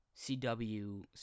CW